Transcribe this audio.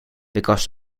because